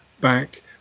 back